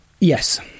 Yes